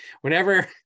whenever